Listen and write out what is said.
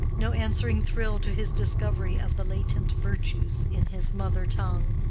no answering thrill to his discovery of the latent virtues in his mother tongue.